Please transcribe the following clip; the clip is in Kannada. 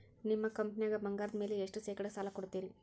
ನಿಮ್ಮ ಕಂಪನ್ಯಾಗ ಬಂಗಾರದ ಮ್ಯಾಲೆ ಎಷ್ಟ ಶೇಕಡಾ ಸಾಲ ಕೊಡ್ತಿರಿ?